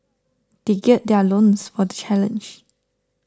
they gird their loins for the challenge